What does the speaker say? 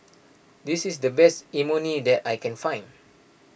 this is the best Imoni that I can find